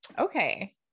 Okay